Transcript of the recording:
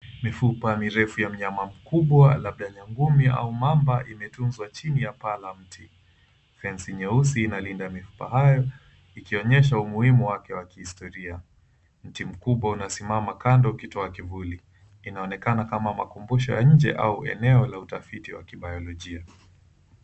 Mifupa mirefu ya mnyama mkubwa labda nyangumi au mamba imetunzwa chini ya paa la mti. Fensi nyeusi inalinda mifupa hayo ikionyesha umuhimu wake wa kihistoria. Mti mkubwa unasimama kando kutoa kivuli inaonekana kama makumbusho ya nje ama eneo la utafiti wa kibayolojia.